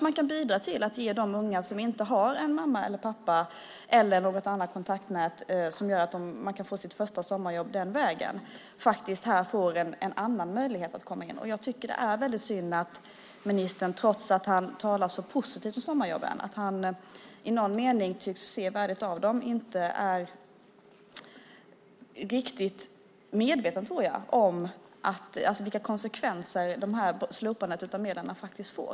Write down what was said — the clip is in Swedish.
Man kan bidra till att ge de unga som inte har en mamma eller pappa eller något annat kontaktnät som gör att de kan få sitt första sommarjobb den vägen en annan möjlighet att komma in. Det är väldigt synd att ministern, trots att han talar så positivt för sommarjobben och i någon mening tycks se värdet av dem, inte är riktigt medveten om vilka konsekvenser slopandet av de här medlen får.